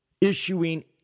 issuing